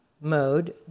mode